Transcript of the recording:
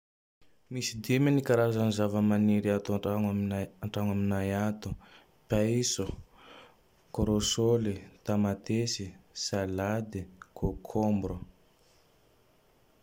Misy dimy ny karazagne zava-maniry ato antragno aminay an-tragno aminay ato: paiso, kôrôsôle, tamatesy, salade, kôkômbra.